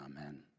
amen